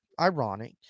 ironic